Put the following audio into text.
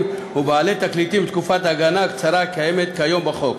ובעלי תקליטים בתקופת ההגנה הקצרה הקיימת כיום בחוק.